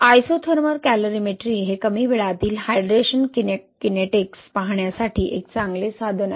isothermal calorimetry हे कमी वेळातील हायड्रेशन किनेटिक्स पाहण्यासाठी एक चांगले साधन आहे